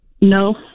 No